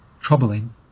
troubling